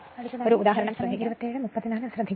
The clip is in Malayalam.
അതിനാൽ ഒരു ഉദാഹരണം എടുക്കുക